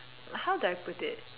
how do I put it